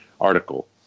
article